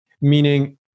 meaning